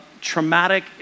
traumatic